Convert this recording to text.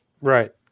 Right